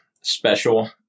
special